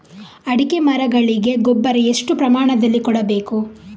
ಅಡಿಕೆ ಮರಗಳಿಗೆ ಗೊಬ್ಬರ ಎಷ್ಟು ಪ್ರಮಾಣದಲ್ಲಿ ಕೊಡಬೇಕು?